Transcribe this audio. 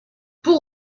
pour